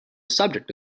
subject